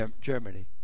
Germany